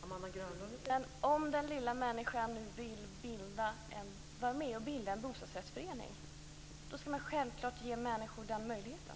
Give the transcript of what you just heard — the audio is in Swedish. Fru talman! Om den lilla människan nu vill vara med och bilda en bostadsrättsförening så skall man självklart ge människor den möjligheten.